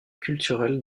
culturel